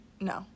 no